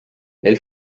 elle